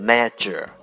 Major